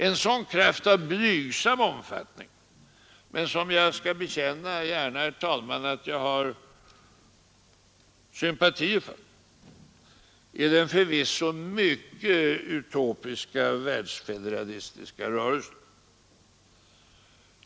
En sådan kraft av blygsam omfattning men som jag — det skall jag gärna bekänna, herr talman — har sympatier för är den förvisso mycket utopiska världsfederalistiska rörelsen.